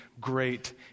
great